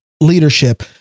leadership